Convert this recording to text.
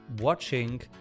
watching